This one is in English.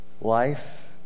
life